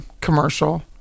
commercial